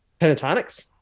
Pentatonics